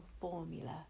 formula